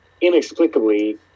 inexplicably